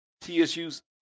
TSU's